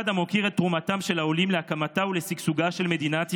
אחד המוקיר את תרומתם של העולים להקמתה ולשגשוגה של מדינת ישראל,